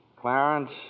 Clarence